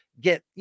get